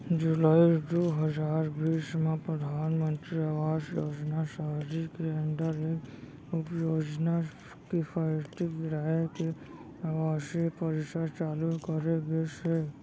जुलाई दू हजार बीस म परधानमंतरी आवास योजना सहरी के अंदर एक उपयोजना किफायती किराया के आवासीय परिसर चालू करे गिस हे